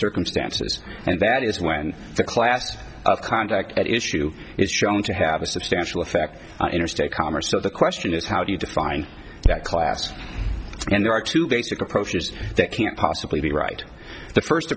circumstances and that is when the class of conduct at issue is shown to have a substantial effect on interstate commerce so the question is how do you define that class and there are two basic approaches that can't possibly be right the first